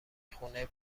خونه